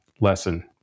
lesson